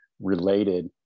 related